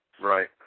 Right